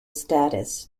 status